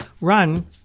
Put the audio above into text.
run